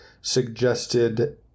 suggested